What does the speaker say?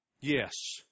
Yes